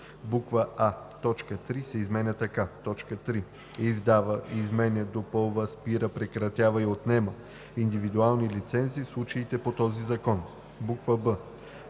точка 3 се изменя така: „3. издава, изменя, допълва, спира, прекратява и отнема индивидуални лицензии в случаите по този закон;“ б) в т.